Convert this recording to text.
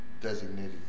designated